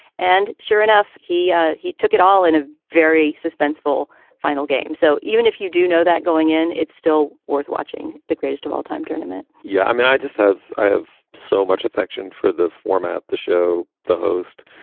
and sure enough, he ah he took it all in a very suspenseful final game. so even if you do know that going in, it's still worth watching the greatest of all time tournament yeah. i mean, i just have i have so much affection for the format, the show, the host